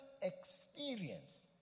experience